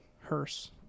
hearse